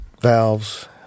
Valves